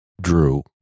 drew